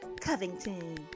Covington